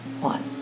One